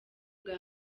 bwa